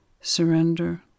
surrender